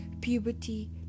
puberty